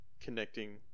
connecting